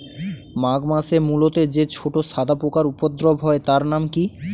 মাঘ মাসে মূলোতে যে ছোট সাদা পোকার উপদ্রব হয় তার নাম কি?